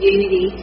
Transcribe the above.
Unity